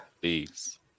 Please